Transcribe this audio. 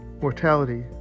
Mortality